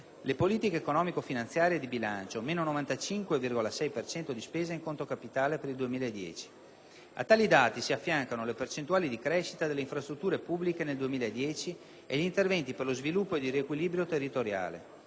politiche economico-finanziarie e di bilancio (meno 95,6 per cento di spesa in conto capitale per il 2010). A tali dati si affiancano le percentuali di crescita delle infrastrutture pubbliche nel 2010 e gli interventi per lo sviluppo ed il riequilibrio territoriale.